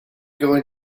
going